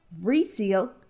reseal